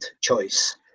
choice